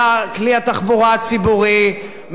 מכלי התחבורה הציבורי,